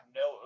no